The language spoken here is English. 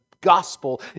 gospel